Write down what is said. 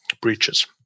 breaches